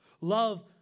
Love